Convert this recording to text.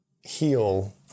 heal